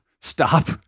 stop